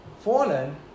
fallen